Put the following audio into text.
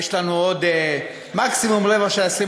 יש לנו עוד מקסימום רבע שעה,